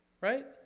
right